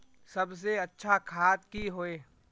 सबसे अच्छा खाद की होय?